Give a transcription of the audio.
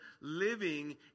living